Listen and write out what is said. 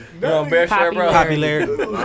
Popularity